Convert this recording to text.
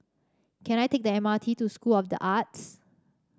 can I take the M R T to School of the Arts